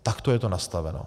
Takto je to nastaveno.